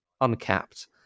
uncapped